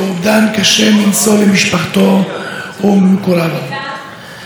אבל כואב במיוחד הוא מוות מיותר שניתן למנוע.